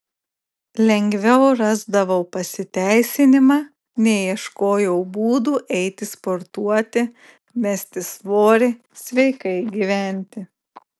lengviau rasdavau pasiteisinimą nei ieškojau būdų eiti sportuoti mesti svorį sveikai gyventi